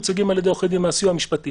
מיוצגים על-ידי עורכי דין מהסיוע המשפטי